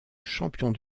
champions